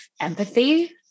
empathy